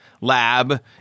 lab